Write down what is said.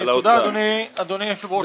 תודה אדוני היושב ראש.